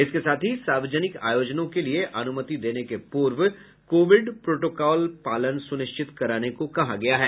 इसके साथ ही सार्वजनिक आयोजनों के लिए अनुमति देने के पूर्व कोविड प्रोटोकॉल पालन सुनिश्चित कराने को कहा है